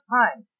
time